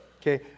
okay